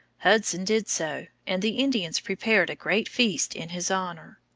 hudson did so, and the indians prepared a great feast in his honor.